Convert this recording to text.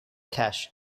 cache